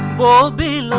will be